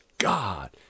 God